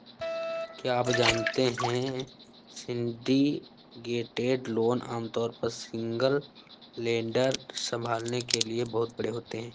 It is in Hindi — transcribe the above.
क्या आप जानते है सिंडिकेटेड लोन आमतौर पर सिंगल लेंडर संभालने के लिए बहुत बड़े होते हैं?